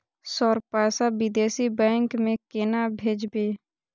Sir पैसा विदेशी bank में केना भेजबे?